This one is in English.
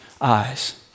eyes